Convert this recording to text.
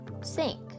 sink